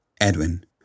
edwin